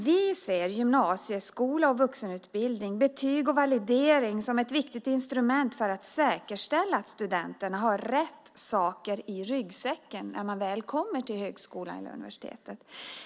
Vi ser gymnasieskola och vuxenutbildning, betyg och validering som viktiga instrument för att säkerställa att studenterna har rätt saker i ryggsäcken när de väl kommer till högskolan eller universitetet.